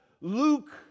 Luke